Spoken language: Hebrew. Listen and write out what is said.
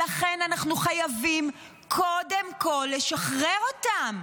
לכן, אנחנו חייבים קודם כול לשחרר אותם.